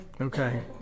Okay